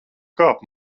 kāp